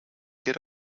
get